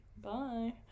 Bye